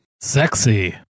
Sexy